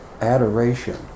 adoration